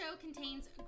contains